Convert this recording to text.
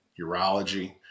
urology